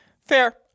Fair